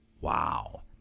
Wow